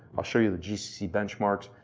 i'll show you the gcc benchmarks.